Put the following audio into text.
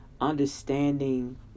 understanding